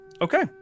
okay